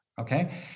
okay